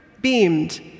beamed